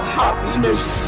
happiness